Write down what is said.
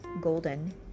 golden